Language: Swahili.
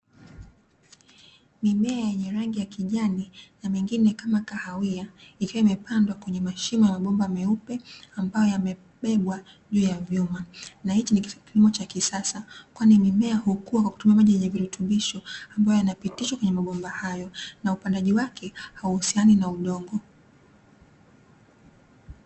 Mimea yenye rangi ya kijani na mengine kama kahawia, ikiwa imepandwa kwenye mashimo ya mabomba meupe ambayo yamebebwa juu ya vyuma ni kilimo cha kisasa kwani.